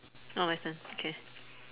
oh my turn okay